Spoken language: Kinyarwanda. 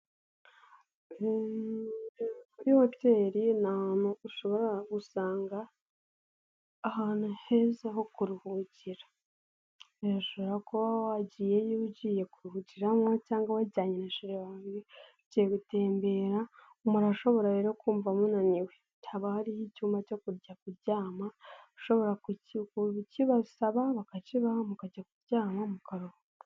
Kuri hotel ni ahantu ushobora gusanga ahantu heza ho kuruhukira, birashobora kuba wagiyeyo ugiye kuruhukiramo cyangwa wajyanye na sheri wawe ugiye gutembera umuntu ashobora rero kumva munaniwe haba hariho icyumba cyo kujya kuryama ushobora kukibasaba bakakibaha mukajya kuryama mukaruhuka.